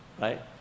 right